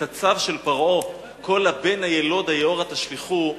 את הצו של פרעה "כל הבן הילוד היארה תשליכהו",